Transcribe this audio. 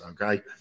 Okay